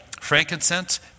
frankincense